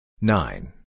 Nine